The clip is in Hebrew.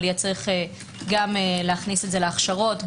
אבל צריך יהיה גם להכניס את זה להכשרות,